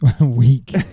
weak